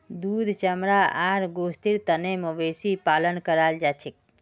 दूध चमड़ा आर गोस्तेर तने मवेशी पालन कराल जाछेक